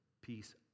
peace